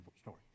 story